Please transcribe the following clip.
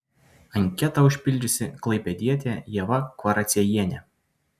anketą užpildžiusi klaipėdietė ieva kvaraciejienė